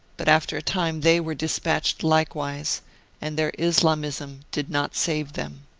but after a time they were despatched likewise and their islamism did not save them.